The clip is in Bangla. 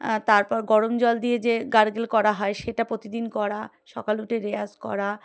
তারপর গরম জল দিয়ে যে গার্গেল করা হয় সেটা প্রতিদিন করা সকাল উঠে রেয়াজ করা